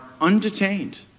undetained